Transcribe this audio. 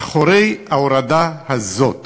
מאחורי ההורדה הזאת